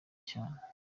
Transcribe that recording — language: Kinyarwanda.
cyane